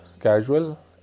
casual